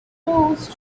close